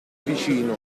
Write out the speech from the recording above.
vicino